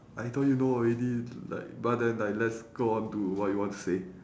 I thought you know already like but then like let's go on to what you want to say